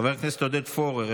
חבר הכנסת עודד פורר,